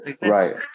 Right